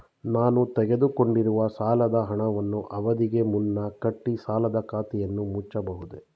ನಾನು ತೆಗೆದುಕೊಂಡಿರುವ ಸಾಲದ ಹಣವನ್ನು ಅವಧಿಗೆ ಮುನ್ನ ಕಟ್ಟಿ ಸಾಲದ ಖಾತೆಯನ್ನು ಮುಚ್ಚಬಹುದೇ?